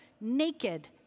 naked